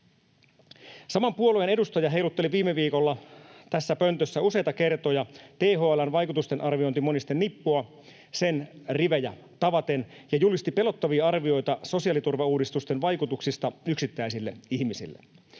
Saman puolueen edustaja heilutteli viime viikolla tässä pöntössä useita kertoja THL:n vaikutustenarviointimonistenippua sen rivejä tavaten ja julisti pelottavia arvioita sosiaaliturvauudistusten vaikutuksista yksittäisille ihmisille,